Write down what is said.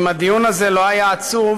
אם הדיון הזה לא היה עצוב,